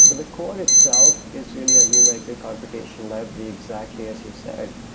so the core itself is really a numerical computation library exactly as you said.